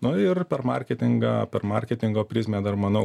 nu ir per marketingą per marketingo prizmę dar manau